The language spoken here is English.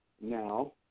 now